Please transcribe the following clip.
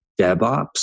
DevOps